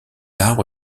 arbre